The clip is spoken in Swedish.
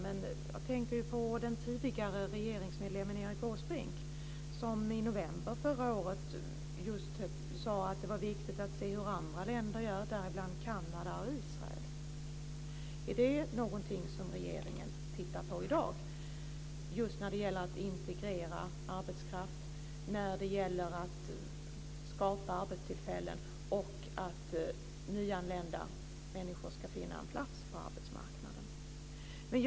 Jag tänker på den tidigare regeringsmedlemmen Erik Åsbrink, som i november förra året sade att det är viktigt att se hur andra länder gör, däribland Kanada och Israel. Är det något som regeringen tittar på i dag, när det gäller att integrera arbetskraft, skapa arbetstillfällen och att nyanlända människor ska finna en plats på arbetsmarknaden?